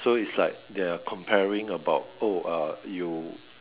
so is like they are comparing about oh uh you